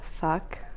fuck